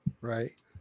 right